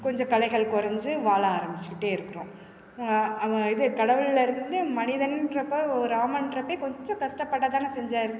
கொஞ்சம் கலைகள் குறைஞ்சி வாழ ஆரம்பித்துக்கிட்டே இருக்கிறோம் அவன் இது கடவுள்லேருந்து மனிதன்றப்போ ஒரு ராமன்றப்போயே கொஞ்சம் கஷ்டப்படதானே செஞ்சார்